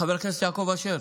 חבר הכנסת יעקב אשר,